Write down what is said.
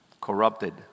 corrupted